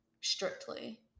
strictly